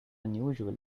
unusual